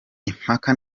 impaka